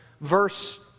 verse